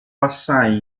passai